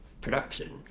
production